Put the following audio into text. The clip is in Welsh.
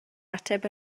ateb